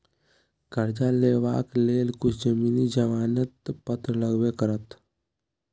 करजा लेबाक लेल किछु जमीनक जमानत पत्र लगबे करत